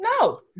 No